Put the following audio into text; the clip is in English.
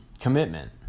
commitment